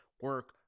Work